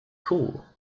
cool